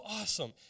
awesome